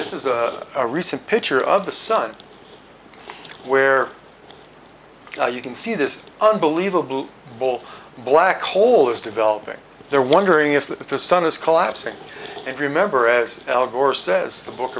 this is a recent picture of the sun where you can see this unbelievable full black hole is developing there wondering if that the sun is collapsing and remember as al gore says the book